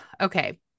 Okay